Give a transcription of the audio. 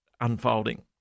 unfolding